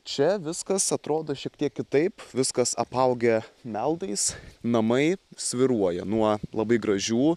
čia viskas atrodo šiek tiek kitaip viskas apaugę meldais namai svyruoja nuo labai gražių